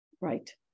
Right